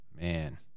man